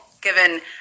given